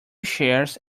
shares